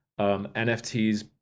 NFTs